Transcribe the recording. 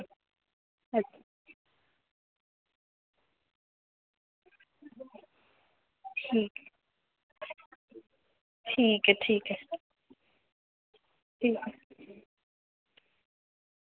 ठीक ठीक ऐ ठीक ऐ ठीक ऐ